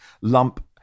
lump